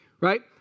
right